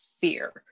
fear